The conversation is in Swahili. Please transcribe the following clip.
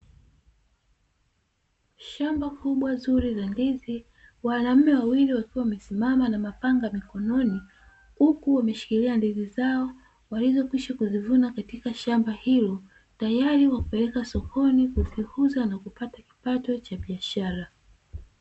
Shamba kubwa la ndizi wanaume wawili wakiwa wamesimama na mapanga mikononi, huku wameshikilia ndizi zao walizokwisha kuzivuna katika shamba hilo tayari kwa kupeleka sokoni kuziuza na kupata kipato cha biashara.